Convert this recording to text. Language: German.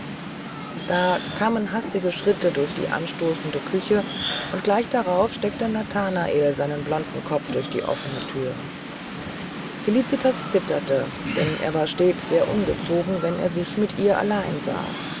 da kamen hastige schritte durch die anstoßende küche und gleich darauf steckte nathanael seinen blonden kopf durch die offene thür felicitas zitterte denn er war stets sehr ungezogen wenn er sich mit ihr allein sah